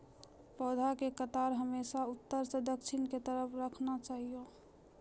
पौधा के कतार हमेशा उत्तर सं दक्षिण के तरफ राखना चाहियो